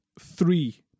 three